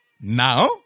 now